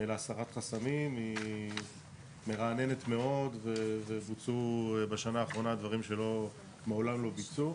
להסרת חסמים היא מרעננת מאוד ובוצעו בשנה האחרונה דברים שמעולם לא בוצעו